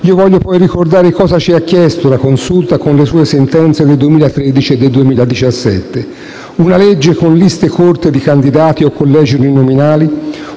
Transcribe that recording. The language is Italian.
Voglio poi ricordare cosa ci ha chiesto la Consulta con le sue sentenze del 2013 e del 2017: una legge con liste corte di candidati o collegi uninominali,